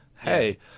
hey